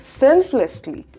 selflessly